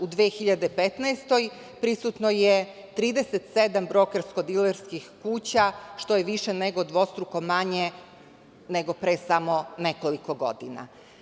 U 2015. godini prisutno je 37 brokersko-dilerskih kuća, što je više nego dvostruko manje nego pre samo nekoliko godina.